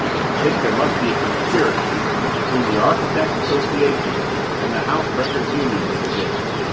i think there must be a conspiracy between the architects' association and the housebreakers' union these days,